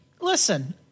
listen